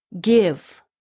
give